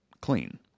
clean